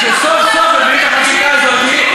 וכשסוף-סוף מביאים את החקיקה הזאת,